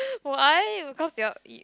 why because you're you~